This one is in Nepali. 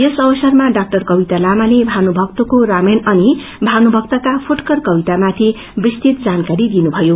सयस अवसरमा डाक्टर कविता लामाले भानुभक्त को रामायण अनि भानुभक्तका फुटकर कवि माथि विस्तृत जानकारी दिनुभायो